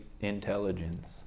intelligence